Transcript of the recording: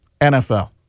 NFL